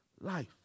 life